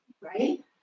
right